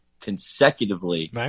consecutively